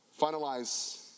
finalize